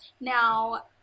Now